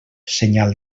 senyal